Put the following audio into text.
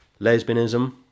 lesbianism